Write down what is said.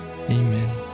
Amen